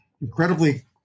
incredibly